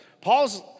Paul's